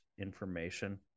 information